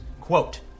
Quote